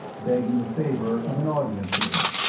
begging the favor of an audience with him.